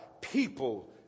people